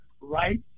right